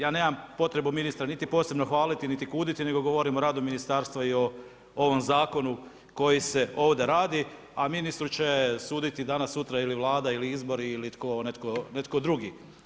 Ja nemam potrebu ministra niti posebno hvaliti niti kuditi nego govorim o radu Ministarstva i o ovom Zakonu koji se ovdje radi, a ministru će suditi danas-sutra ili Vlada ili izbori ili netko drugi.